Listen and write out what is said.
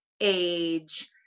age